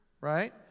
right